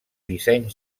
disseny